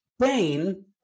pain